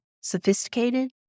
sophisticated